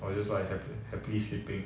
I was just like happi~ happily sleeping